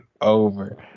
over